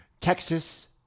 Texas